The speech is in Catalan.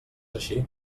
així